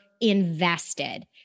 invested